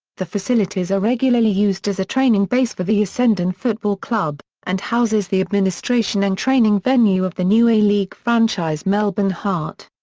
the facilities are regularly used as a training base for the essendon football club, and houses the administration and training venue of the new a-league franchise melbourne heart.